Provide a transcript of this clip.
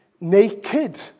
naked